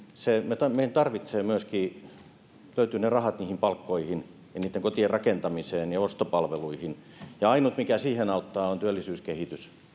se onkin meidän tarvitsee myöskin löytää ne rahat niihin palkkoihin ja niiden kotien rakentamiseen ja ostopalveluihin ainut mikä siihen auttaa on työllisyyskehitys